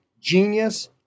genius